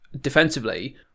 defensively